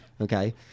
Okay